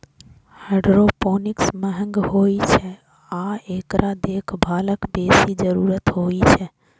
hydroponics महंग होइ छै आ एकरा देखभालक बेसी जरूरत होइ छै